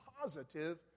positive